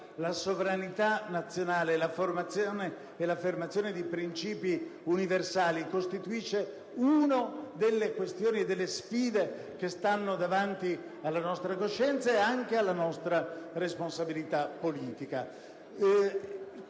la sovranità nazionale e l'affermazione di principi universali costituisce una delle sfide che stanno davanti alla nostra coscienza e anche alla nostra responsabilità politica.